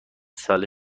ساله